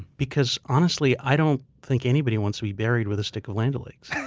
because, honestly, i don't think anybody wants to be buried with a stick of land o' lakes